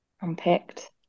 unpicked